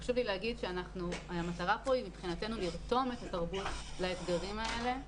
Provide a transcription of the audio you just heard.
חשוב לי להגיד שהמטרה פה מבחינתנו היא לרתום את התרבות לאתגרים האלה.